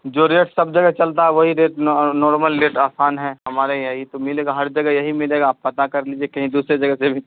جو ریٹ سب جگہ چلتا ہے وہی ریٹ نارمل لیٹ آسان ہے ہمارے یہی تو ملے گا ہر جگہ یہی ملے گا آپ پتا کر لیجیے کہیں دوسری جگہ سے بھی